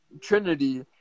trinity